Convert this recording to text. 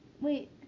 Wait